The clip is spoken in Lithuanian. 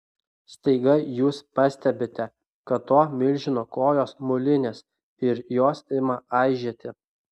staiga jūs pastebite kad to milžino kojos molinės ir jos ima aižėti